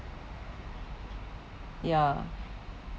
ya